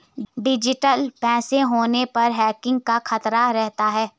digital पैसा होने पर हैकिंग का खतरा रहता है